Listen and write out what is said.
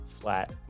flat